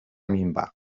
minvar